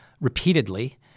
repeatedly